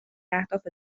اهداف